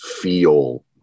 feel